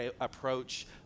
approach